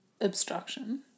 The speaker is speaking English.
obstruction